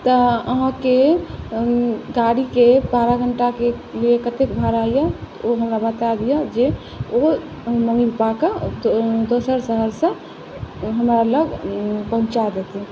तऽ अहाँकेँ गाड़ीके बारह घंटाके लिये कतेक भाड़ा यऽ ओ हमरा बताए दिअ जे ओ कए कऽ दोसर शहरसँ हमरा लग पहुंचा देतै